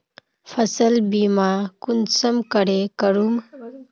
फसल बीमा कुंसम करे करूम?